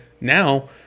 now